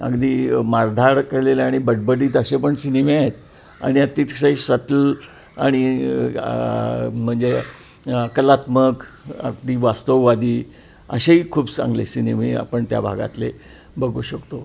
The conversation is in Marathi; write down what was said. अगदी मारधाड केलेलं आणि बटबटीत असे पण सिनेमे आहेत आणि आतिशय सतल आणि म्हणजे कलात्मक अगदी वास्तववादी असेही खूप चांगले सिनेमे आपण त्या भागातले बघू शकतो